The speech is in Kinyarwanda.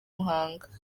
muhanga